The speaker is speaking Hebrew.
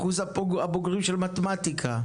אחוז הבוגרים במתמטיקה.